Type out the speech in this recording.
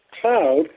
cloud